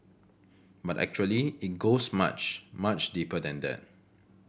but actually it goes much much deeper than that